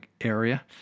area